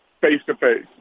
face-to-face